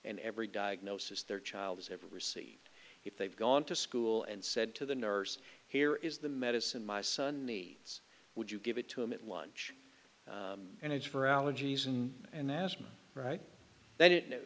and every diagnosis their child has ever received if they've gone to school and said to the nurse here is the medicine my son needs would you give it to him at lunch and it's for allergies and an asthma right then it know